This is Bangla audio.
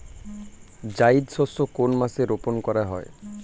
জায়িদ শস্য কোন মাসে রোপণ করা হয়?